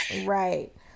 Right